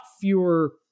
fewer